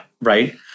Right